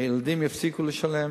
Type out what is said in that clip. הילדים יפסיקו לשלם.